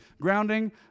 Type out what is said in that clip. grounding